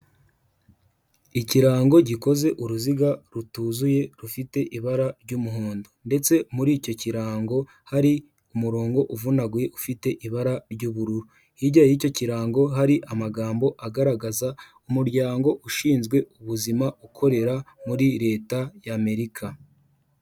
Ikirango gikoze uruziga rutuzuye rufite ibara ry'umuhondo ndetse muri icyo kirango hari umurongo uvunaguye ufite ibara ry'ubururu, hirya y'icyo kirango hari amagambo agaragaza umuryango ushinzwe ubuzima ukorera muri leta y'Amerika